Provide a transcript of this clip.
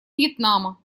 вьетнама